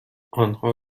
آنها